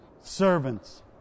Servants